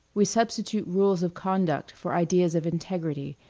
we substitute rules of conduct for ideas of integrity,